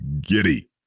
giddy